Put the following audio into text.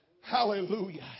Hallelujah